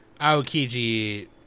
Aokiji